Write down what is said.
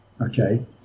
Okay